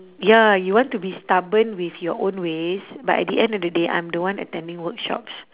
ya you want to be stubborn with your own ways but at the end of the day I'm the one attending workshops